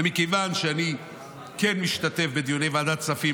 מכיוון שאני כן משתתף בדיוני ועדת כספים,